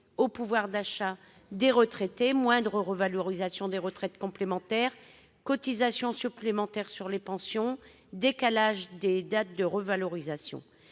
au pouvoir d'achat des retraités : moindre revalorisation des retraites complémentaires, cotisation supplémentaire sur les pensions, décalage des dates de revalorisation